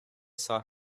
saw